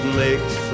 makes